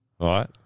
right